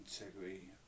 integrity